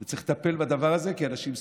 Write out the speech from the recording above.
צריך לטפל בדבר הזה, כי אנשים סובלים.